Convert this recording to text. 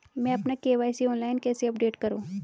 मैं अपना KYC online कैसे अपडेट करूँ?